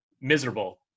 miserable